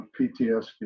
PTSD